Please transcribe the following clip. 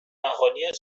مخالی